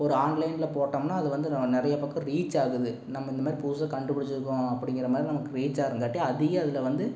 ஒரு ஆன்லைனில் போட்டோம்னால் அது வந்து நிறைய பக்கம் ரீச் ஆகுது நம்ம இந்த மாதிரி புதுசாக கண்டுபிடிச்சிருக்கோம் அப்படிங்குற மாதிரி நமக்கு ரீச் ஆகுறங்காட்டி அதிக இதில் வந்து